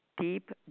deep